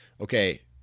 okay